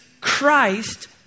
Christ